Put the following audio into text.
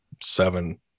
seven